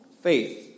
faith